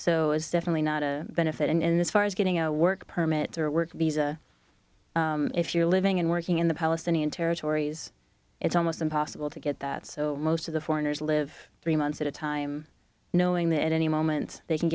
so is definitely not a benefit and in this far as getting a work permit or a work visa if you're living and working in the palestinian territories it's almost impossible to get that so most of the foreigners live three months at a time knowing that at any moment they can